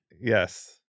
Yes